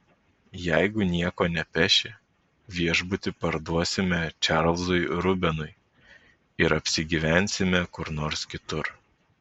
jeigu nieko nepeši viešbutį parduosime čarlzui rubenui ir apsigyvensime kur nors kitur